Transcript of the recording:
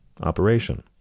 operation